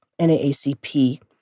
NAACP